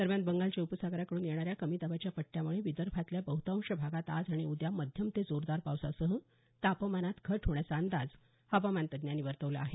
दरम्यान बंगालच्या उपसागराकडून येणाऱ्या कमी दाबाच्या पट्ट्यामुळे विदर्भातल्या बहतांश भागात आज आणि उद्या मध्यम ते जोरदार पावसासह तापमानात घट होण्याचा अंदाज हवामान तज्ज्ञांनी वर्तवला आहे